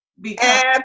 Because-